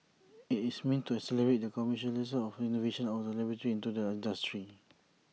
IT is meant to accelerate the commercialisation of innovations out of the laboratory into the industry